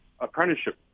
apprenticeship